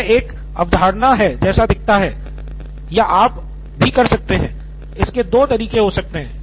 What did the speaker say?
यह एक अवधारणा है जैसा दिखता है या आप भी कर सकते हैं इसके दो तरीके हो सकते हैं